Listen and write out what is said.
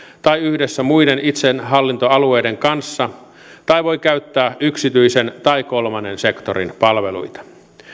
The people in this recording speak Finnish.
tai yhdessä muiden itsehallintoalueiden kanssa tai voi käyttää yksityisen tai kolmannen sektorin palveluita